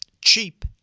cheap